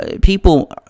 people